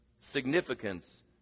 Significance